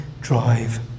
drive